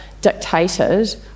dictated